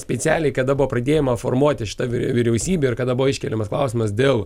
specialiai kada buvo pradėjama formuoti šita vi vyriausybė ir kada buvo iškeliamas klausimas dėl